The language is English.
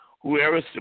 whoever